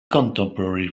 contemporary